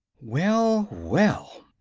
well, well!